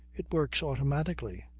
it works automatically,